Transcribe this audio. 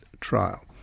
trial